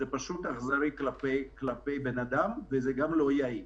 זה פשוט אכזרי כלפי הבן אדם וזה גם לא יעיל.